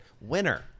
winner